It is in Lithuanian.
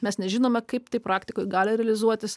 mes nežinome kaip tai praktikoje gali realizuotis